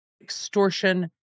extortion